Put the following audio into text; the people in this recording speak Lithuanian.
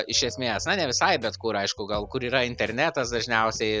iš esmės na ne visai bet kur aišku gal kur yra internetas dažniausiai